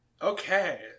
Okay